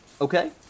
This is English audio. Okay